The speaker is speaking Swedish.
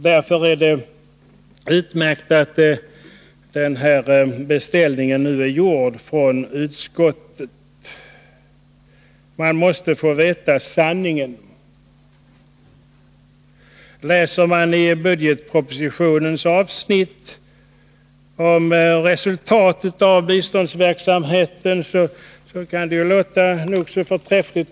Det är därför utmärkt att utskottet nu har gjort den här beställningen. Vi måste få veta sanningen. Läser man i budgetpropositionen om resultatet av biståndsverksamheten kan det låta nog så förträffligt.